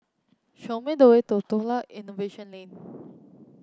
show me the way to Tukang Innovation Lane